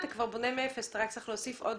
אתה כבר בונה מאפס ואתה רק צריך להוסיף עוד